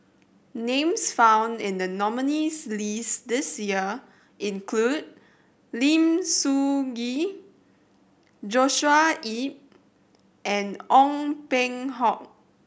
names found in the nominees' list this year include Lim Soo Ngee Joshua Ip and Ong Peng Hock